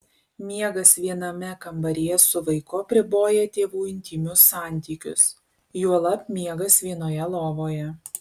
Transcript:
miegas viename kambaryje su vaiku apriboja tėvų intymius santykius juolab miegas vienoje lovoje